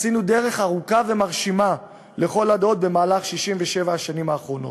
עשינו דרך ארוכה ומרשימה לכל הדעות במהלך 67 השנים האחרונות.